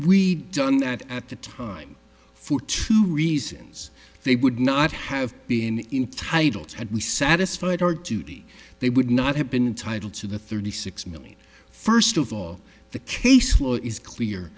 we done that at the time for two reasons they would not have been in titles had we satisfied our duty they would not have been entitle to the thirty six million first of all the case law is clear